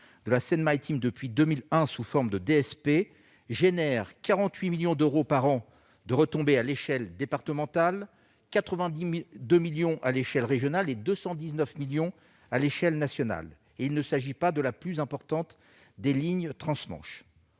de la Seine-Maritime, sous forme d'une DSP, génère 48 millions d'euros par an de retombées à l'échelle départementale, 82 millions d'euros à l'échelle régionale et 219 millions d'euros à l'échelle nationale. Or il ne s'agit pas de la plus importante des lignes trans-Manche.